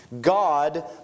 God